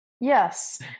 Yes